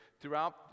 throughout